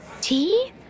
Tea